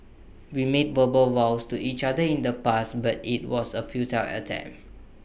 we made verbal vows to each other in the past but IT was A futile attempt